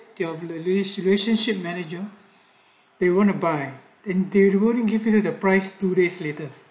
you are bluish relationship manager they want to buy in theory wouldn't give you the price two days later